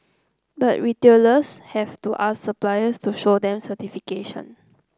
but retailers have to ask suppliers to show them certification